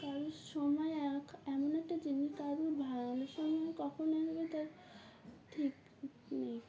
কারোর সময় এমন একটা জিনিস কারোর ভয়নের সময় কখন আসবে তার ঠিক নেই